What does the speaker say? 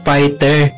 Fighter